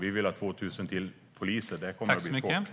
Vi vill ha 2 000 poliser till. Det kommer att bli svårt.